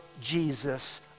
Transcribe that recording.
Jesus